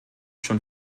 schon